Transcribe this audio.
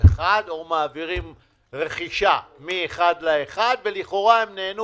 מענק סיוע לשכיר בעלי שליטה בחברת לשכיר